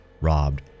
robbed